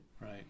Right